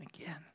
again